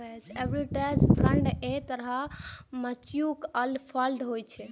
arbitrage fund एक तरहक mutual fund होइ छै